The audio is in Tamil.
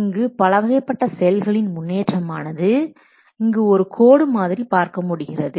இங்கு பலவகைப்பட்ட செயல்களின் முன்னேற்றமானது இங்கு ஒரு கோடு மாதிரி பார்க்க முடிகிறது